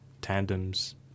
tandems